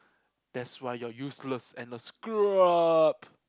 that's why you're useless and let's screw up